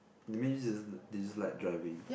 means this is like driving